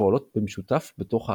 הפועלות במשותף בתוך העדשה.